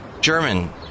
German